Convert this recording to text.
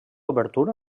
obertura